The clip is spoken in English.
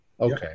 Okay